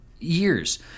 Years